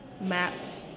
mapped